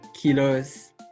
kilos